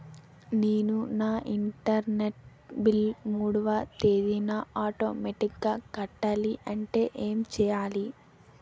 నేను నా internet bill మూడవ తేదీన ఆటోమేటిగ్గా కట్టాలంటే ఏం చేయాలి?